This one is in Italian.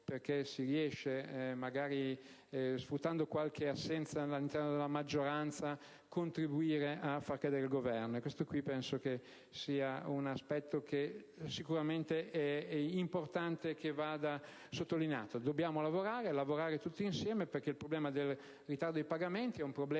perché si riesce, magari sfruttando qualche assenza all'interno della maggioranza, a contribuire a far cadere il Governo. Questo penso sia un aspetto importante che va sottolineato. Dobbiamo lavorare tutti insieme, perché il problema del ritardo dei pagamenti esiste